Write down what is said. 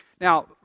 Now